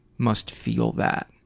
must feel that.